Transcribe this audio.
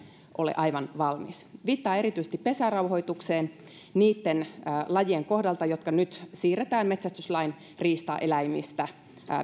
ole aivan valmis viittaan erityisesti pesärauhoitukseen niitten lajien kohdalta jotka nyt siirretään metsästyslain riistaeläimistä